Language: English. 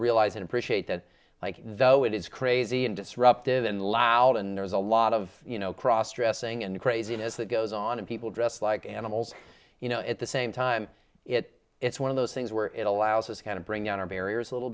realize and appreciate that like though it is crazy and disruptive and louder and there's a lot of you know cross dressing and craziness that goes on and people dress like animals you know at the same time it it's one of those things where it allows us to kind of bring down our barriers a little